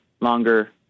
longer